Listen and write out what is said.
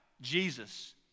Jesus